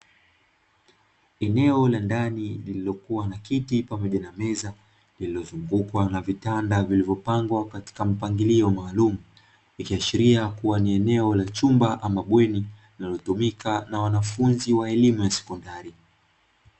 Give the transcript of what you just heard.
Eneo la ndani lililokuwa na kiti pamoja na meza lililozungukwa na vitanda vikivyopangwa katika mpangilio maalumu, ikiashiria kuwa ni eneo la chumba ama bweni linalotumika na wanafunzi wa elimu ya sekondari.